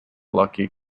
lucky